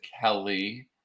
Kelly